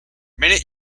many